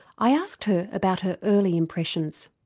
i asked her about her early impressions.